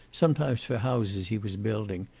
sometimes for houses he was building,